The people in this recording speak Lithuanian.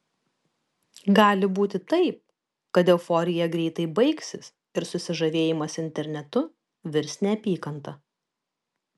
gali būti taip kad euforija greitai baigsis ir susižavėjimas internetu virs neapykanta